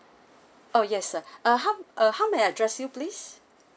oh yes sir uh how uh how may I address you please